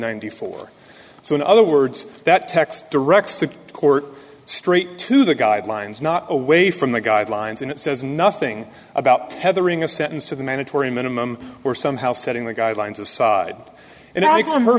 ninety four so in other words that text directs the court straight to the guidelines not away from the guidelines and it says nothing about tethering a sentence to the mandatory minimum or somehow setting the guidelines aside and